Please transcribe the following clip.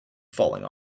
falling